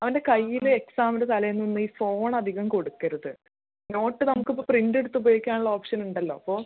അവൻ്റെ കൈയിൽ എക്സാമിൻ്റെ തലേന്നൊന്നും ഈ ഫോൺ അധികം കൊടുക്കരുത് നോട്ട് നമുക്ക് ഇപ്പം പ്രിൻ്റ് എടുത്ത് ഉപയോഗിക്കാനുള്ള ഓപ്ഷൻ ഉണ്ടല്ലോ അപ്പോൾ